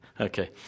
Okay